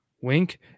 wink